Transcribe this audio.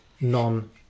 non